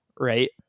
Right